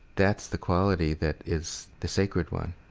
that's the quality that is the sacred one,